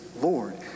Lord